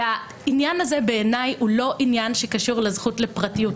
העניין הזה בעיניי הוא לא עניין שקשור לזכות לפרטיות,